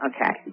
Okay